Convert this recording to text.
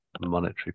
monetary